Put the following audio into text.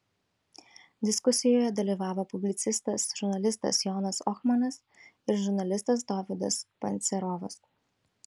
diskusijoje dalyvavo publicistas žurnalistas jonas ohmanas ir žurnalistas dovydas pancerovas